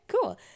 cool